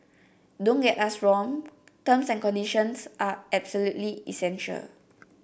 don't get us wrong terms and conditions are absolutely essential